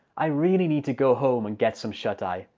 i really need to go home and get some shut-eye.